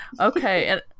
Okay